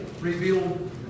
revealed